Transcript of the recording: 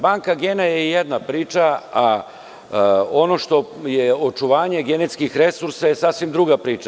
Banka je jedna priča, a ono što je očuvanje genetskih resursa je sasvim druga priča.